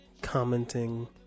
commenting